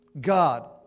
God